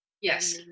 Yes